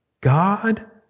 God